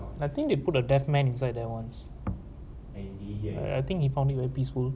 I think they put a deaf man inside there once I think he found it very peaceful